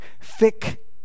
thick